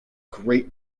great